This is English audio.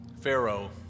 Pharaoh